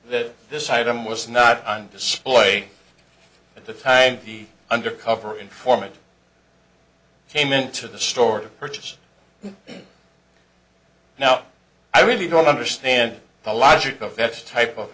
that this item was not on display at the time the undercover informant came into the store purchase now i really don't understand the logic of that type of